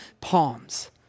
palms